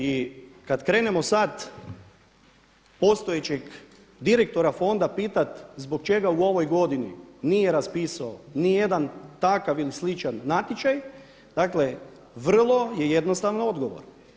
I kad krenemo sad postojećeg direktora Fonda pitati zbog čega u ovoj godini nije raspisao ni jedan takav ili sličan natječaj, dakle vrlo je jednostavan odgovor.